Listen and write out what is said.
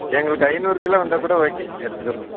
எங்களுக்கு ஐநூறு கிலோ வந்தால் கூட ஓகே எடுத்துக்கிறோம்